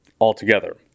altogether